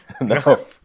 No